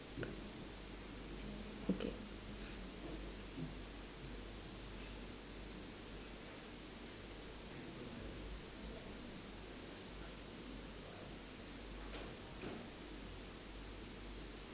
okay